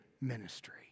ministry